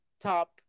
top